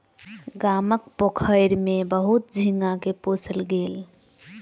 गामक पोखैर में बहुत झींगा के पोसल गेल